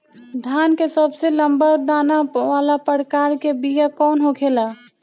धान के सबसे लंबा दाना वाला प्रकार के बीया कौन होखेला?